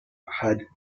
had